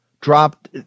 dropped